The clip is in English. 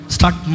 Start